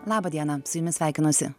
laba diena su jumis sveikinuosi